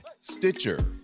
Stitcher